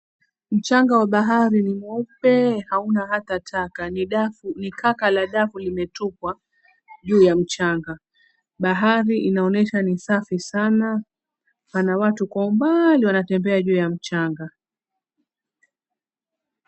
Mchanga wa bahari ni mweupe hauna hata taka ni kaka la dafu limetupwa juu ya mchanga, bahari inaonyesha ni safi sana pana watu kwa umbali wanatembea juu ya mchanga.